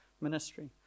ministry